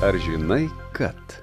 ar žinai kad